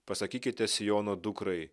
pasakykite siono dukrai